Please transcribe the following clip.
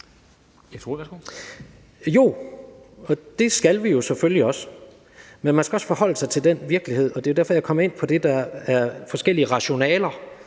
Jo, og det skal vi jo selvfølgelig også. Men man skal også forholde sig til den virkelighed – og det er derfor, jeg er kommet ind på det – at der er forskellige rationaler.